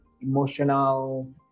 emotional